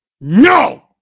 No